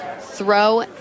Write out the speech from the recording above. throw